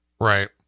right